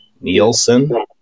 Nielsen